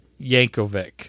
Yankovic